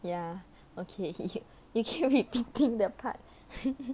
ya okay you keep repeating the part